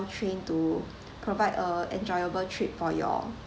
trained to provide uh enjoyable trip for you all